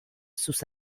sus